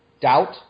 doubt